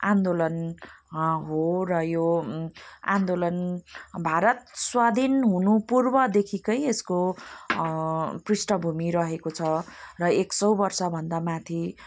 आन्दोलन हो र यो आन्दोलन भारत स्वाधीन हुनु पूर्वदेखिकै यसको पृष्ठभूमि रहेको छ र एक सय वर्षभन्दा माथि